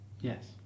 Yes